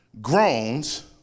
groans